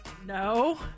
No